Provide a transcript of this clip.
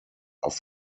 auf